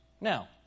Now